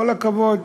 כל הכבוד.